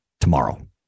tomorrow